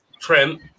Trent